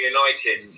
United